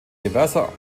diverser